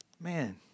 Man